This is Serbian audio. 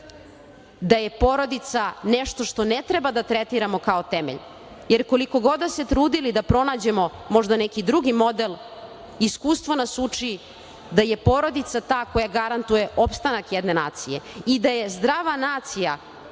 da je porodica nešto što ne treba da tretiramo kao temelj, jer koliko god da se trudili da pronađemo možda neki drugi model, iskustvo nas uči da je porodica ta koja garantuje opstanak jedne nacije i da je zdrava nacija